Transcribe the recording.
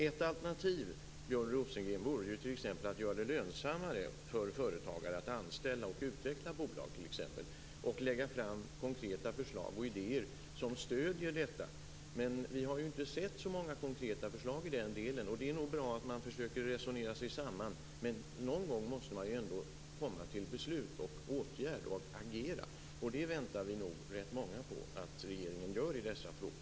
Ett alternativ, Björn Rosengren, vore t.ex. att göra det lönsammare för företagare att anställa och att utveckla bolag och lägga fram konkreta förslag och idéer som stöder detta. Vi har inte sett så många konkreta förslag. Det är nog bra att man försöker resonera sig samman, men någon gång måste man ändå komma till beslut och agera. Det väntar vi på att regeringen skall göra.